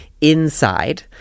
inside